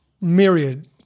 myriad –